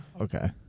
Okay